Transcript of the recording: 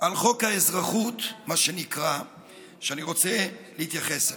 על חוק האזרחות שאני רוצה להתייחס אליהן.